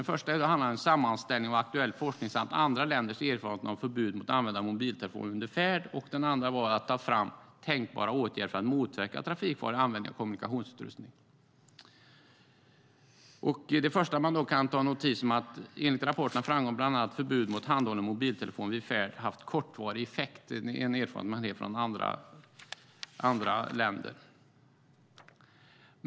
Det första uppdraget var en sammanställning av aktuell forskning samt andra länders erfarenheter av förbud mot användande av mobiltelefon under färd. Det andra uppdraget var att ta fram tänkbara åtgärder för att motverka trafikfarlig användning av kommunikationsutrustning. Det första man kan notera är att det enligt rapporterna framgår bland annat att förbud mot handhållen mobiltelefon vid färd haft kortvarig effekt. Det är en erfarenhet från andra länder.